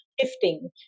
shifting